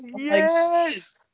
yes